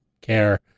care